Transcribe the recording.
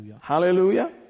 Hallelujah